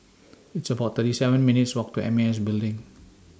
It's about thirty seven minutes' Walk to M A S Building